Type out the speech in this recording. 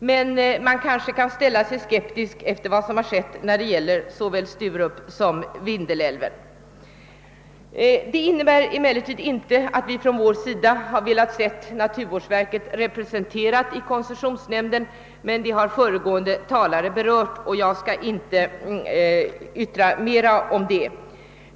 Men man kanske kan ställa sig skeptisk med hänsyn till vad som har skett i fråga om såväl Sturup som Vindelälven. Detta innebär emellertid inte att vi från vår sida har velat se naturvårds verket representerat i koncessionsnämnden; den saken har föregående talare berört, och jag skall inte säga mer om det.